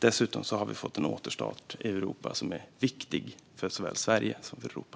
Dessutom har vi fått en återstart i Europa som är viktig för såväl Sverige som Europa.